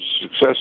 success